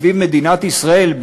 סביב מדינת ישראל,